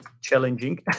challenging